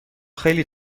خیلی